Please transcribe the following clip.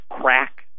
crack